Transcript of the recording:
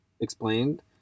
explained